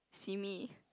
simi